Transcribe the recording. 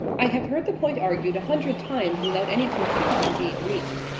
i have heard the point argued a hundred times without any conclusion being reached.